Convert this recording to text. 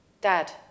Dad